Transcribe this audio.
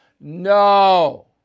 no